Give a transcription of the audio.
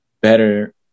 better